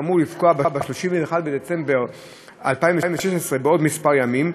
שאמורה לפקוע ב-31 בדצמבר 2016, בעוד כמה ימים,